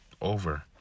over